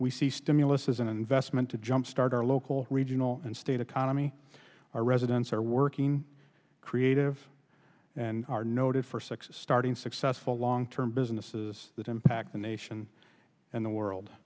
we see stimulus as an investment to jumpstart our local regional and state economy our residents are working creative and are noted for success starting successful long term businesses that impact the nation and the world